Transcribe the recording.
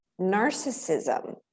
narcissism